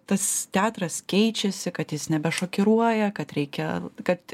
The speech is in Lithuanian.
tas teatras keičiasi kad jis nebešokiruoja kad reikia kad